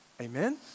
Amen